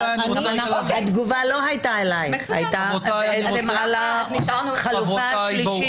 התגובה לא הייתה אליך אלא לגבי החלופה השלישית.